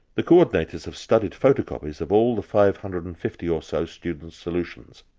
the co-ordinators have studied photocopies of all the five hundred and fifty or so students' solutions.